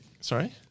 Sorry